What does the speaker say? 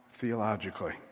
theologically